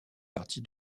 partie